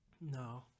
No